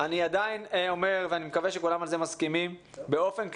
אני עדיין אומר ואני מקווה שכולם מסכימים שבאופן כללי,